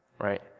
right